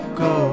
go